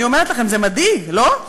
אני אומרת לכם, זה מדאיג, לא?